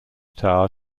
tower